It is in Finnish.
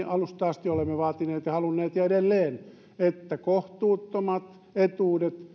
alusta asti vaatineet ja halunneet ja vaadimme ja haluamme edelleen että kohtuuttomista etuuksista